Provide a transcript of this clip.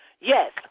Yes